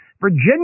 Virginia